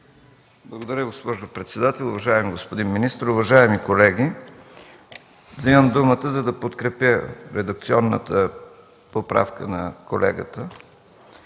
Благодаря, госпожо председател. Уважаеми господин министър, уважаеми колеги! Вземам думата, за да подкрепя редакционната поправка на колегата.